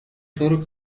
طور